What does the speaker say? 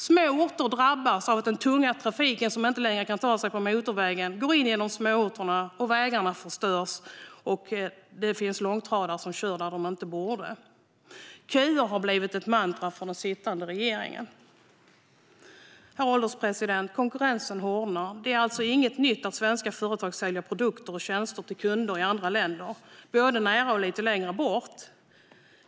Små orter drabbas av att den tunga trafiken, som inte kan ta sig fram på motorvägen, går genom småorterna. Vägarna förstörs när långtradare kör där de inte borde. Köer har blivit ett mantra för den sittande regeringen. Herr ålderspresident! Konkurrensen hårdnar. Det är inget nytt att svenska företag säljer produkter och tjänster till kunder i andra länder, både nära och lite längre bort.